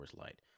Light